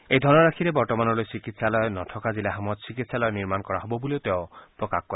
এই ধনৰাশিৰে বৰ্তমানলৈ চিকিৎসালয় নথকা জিলাসমূহত চিকিৎসালয় নিৰ্মাণ কৰা হব বুলিও তেওঁ প্ৰকাশ কৰে